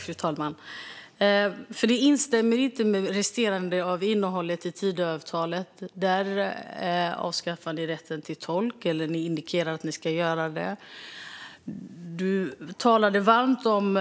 Fru talman! Okej, Camilla Mårtensen! Men det stämmer inte med resten av innehållet i Tidöavtalet, där ni indikerar att ni ska avskaffa rätten till tolk. Du talade varmt om